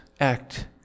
act